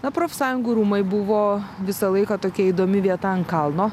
na profsąjungų rūmai buvo visą laiką tokia įdomi vieta ant kalno